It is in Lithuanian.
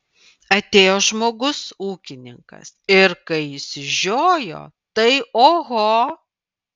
atėjo žmogus ūkininkas ir kai išsižiojo tai oho